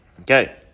Okay